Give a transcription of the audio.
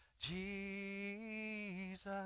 Jesus